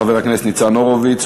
חבר הכנסת ניצן הורוביץ,